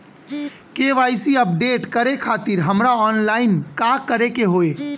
KYC update करे खातिर हमरा ऑनलाइन का करे के होई?